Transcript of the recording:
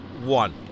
one